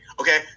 Okay